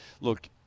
look